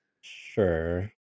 Sure